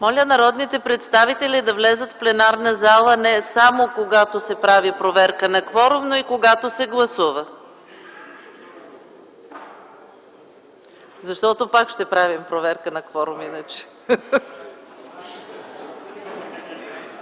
Моля народните представители да влязат в пленарна зала не само когато се прави проверка на кворума, но и когато се гласува, защото иначе пак ще правим проверка на кворума.